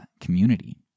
community